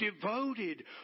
devoted